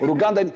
Uganda